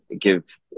give